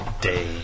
day